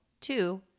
Two